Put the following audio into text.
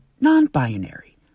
non-binary